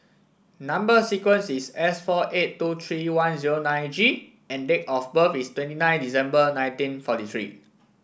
number sequence is S four eight two three one zero nine G and date of birth is twenty nine December nineteen forty three